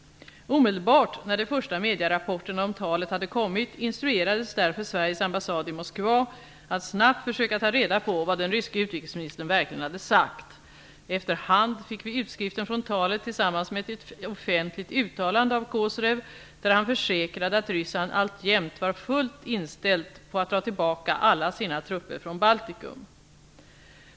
Omedelbart när de första medierapporterna om talet hade kommit, instruerades därför Sveriges ambassad i Moskva att snabbt försöka ta reda på vad den ryske utrikesministern verkligen hade sagt. Efter hand fick vi utskriften från talet tillsammans med ett offentigt uttalande av Kozyrev, där han försäkrade att Ryssland alltjämt var fullt inställt på att dra tillbaka alla sina trupper från Baltikum.